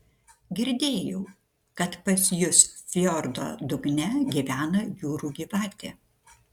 girdėjau kad pas jus fjordo dugne gyvena jūrų gyvatė